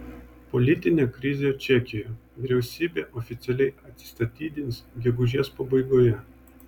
politinė krizė čekijoje vyriausybė oficialiai atsistatydins gegužės pabaigoje